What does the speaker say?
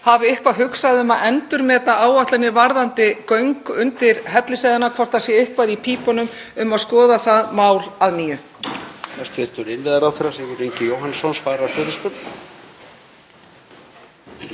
hafi eitthvað hugsað um að endurmeta áætlanir varðandi göng undir Hellisheiðina, hvort það sé eitthvað í pípunum um að skoða það mál að nýju.